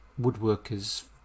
woodworkers